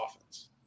offense